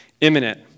imminent